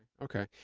okay.